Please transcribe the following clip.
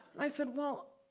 i said, well,